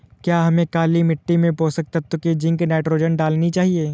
क्या हमें काली मिट्टी में पोषक तत्व की जिंक नाइट्रोजन डालनी चाहिए?